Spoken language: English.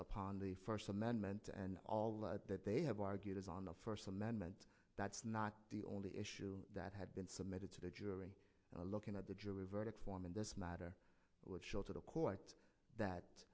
upon the first amendment and all that they have argued is on the first amendment that's not the only issue that had been submitted to the jury and looking at the jury verdict form in this matter would show to the court that